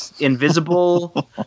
invisible